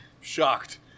shocked